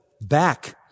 back